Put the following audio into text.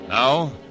Now